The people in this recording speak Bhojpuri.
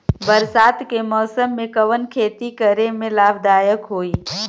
बरसात के मौसम में कवन खेती करे में लाभदायक होयी?